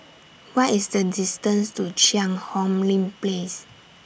What IS The distance to Cheang Hong Lim Place